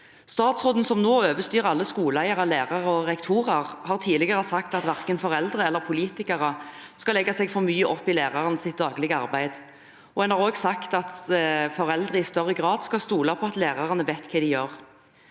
Statsråden, som nå overstyrer alle skoleeiere, lærere og rektorer, har tidligere sagt at verken foreldre eller politikere skal legge seg for mye opp i lærerens daglige arbeid. En har også sagt at foreldre i større grad skal stole på at læ